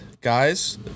guys